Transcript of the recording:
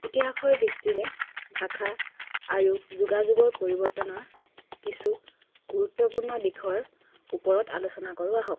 ইতিহাসৰ দৃষ্টিৰে ভাষা আৰু যোগাযোগৰ পৰিৱৰ্তনৰ কিছু গুৰুত্বপূৰ্ণ দিশৰ ওপৰত আলোচনা কৰোঁ আহক